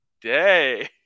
day